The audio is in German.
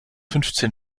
fünfzehn